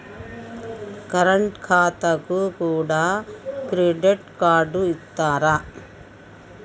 Current ఖాతాకు కూడా credit card ఇత్తరా?